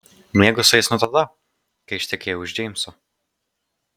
miegu su jais nuo tada kai ištekėjau už džeimso